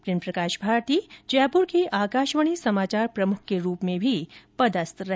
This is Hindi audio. प्रेम प्रकाश भारती जयपुर के आकाशवाणी समाचार प्रमुख के रूप में भी पदस्थ रहे